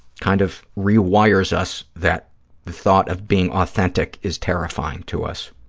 kind of rewires us that the thought of being authentic is terrifying to us.